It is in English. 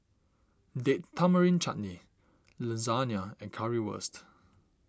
Date Tamarind Chutney Lasagna and Currywurst